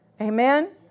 Amen